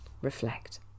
reflect